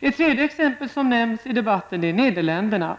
Ytterligare ett land som nämns i debatten är Nederländerna.